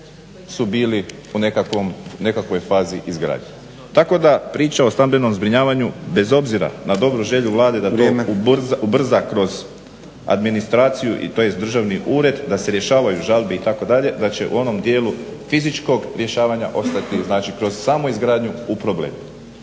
su bili u nekakvoj fazi izgradnje. Tako da priča o stambenom zbrinjavanju bez obzira na dobru želju Vlade da to ubrza kroz administraciju, tj. državni ured da se rješavaju žalbe itd., da će u onom dijelu fizičkog rješavanja ostati, znači kroz samu izgradnju u problemu.